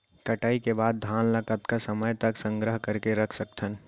कटाई के बाद धान ला कतका समय तक संग्रह करके रख सकथन?